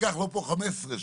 ייקח לו פה 15 שנה.